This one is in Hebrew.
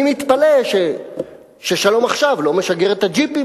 אני מתפלא ש"שלום עכשיו" לא משגר את הג'יפים